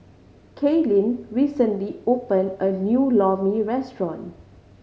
Kailyn recently opened a new Lor Mee restaurant